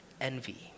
Envy